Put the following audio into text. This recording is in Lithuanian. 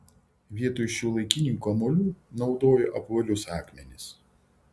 vietoj šiuolaikinių kamuolių naudojo apvalius akmenis